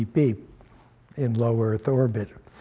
beep in low earth orbit.